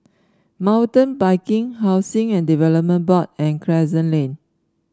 Mountain Biking Housing and Development Board and Crescent Lane